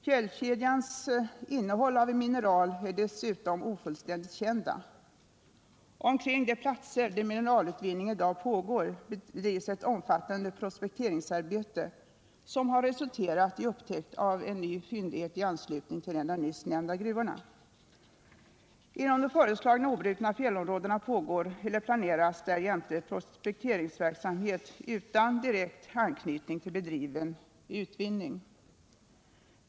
Fjällkedjans innehåll av mineral är dessutom ofullständigt känt. Omkring de platser där mineralutvinning i dag pågår bedrivs ett omfattande prospekteringsarbete, som har resulterat i upptäckt av en ny fyndighet i anslutning till en av de nyss nämnda gruvorna. Inom de föreslagna obrutna fjällområdena pågår eller planeras därjämte prospekteringsverksamhet utan direkt anknytning till nu bedriven utvinning.